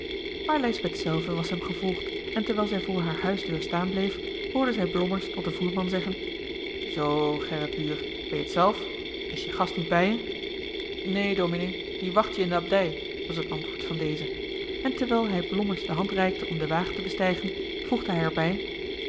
maar lijsbeth zelve was hem gevolgd en terwijl zij voor hare huisdeur staan bleef hoorde zij blommers tot den voerman zeggen zoo gerritbuur ben je t zelf is je gast niet bij je neen dominé die wacht je in de abdij was het antwoord van dezen en terwijl hij blommers de hand reikte om den wagen te bestijgen voegde hij er